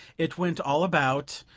it went all about,